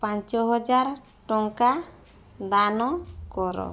ପାଞ୍ଚହଜାର ଟଙ୍କା ଦାନ କର